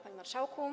Panie Marszałku!